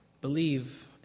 Believe